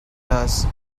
nurse